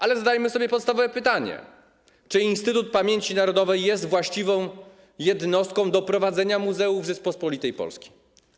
Ale zadajmy sobie podstawowe pytanie: Czy Instytut Pamięci Narodowej jest właściwą jednostką do prowadzenia muzeów w Rzeczypospolitej Polskiej?